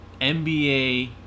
NBA